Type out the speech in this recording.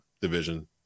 division